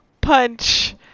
punch